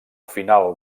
final